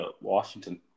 Washington